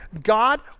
God